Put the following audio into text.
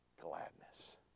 gladness